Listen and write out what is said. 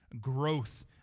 growth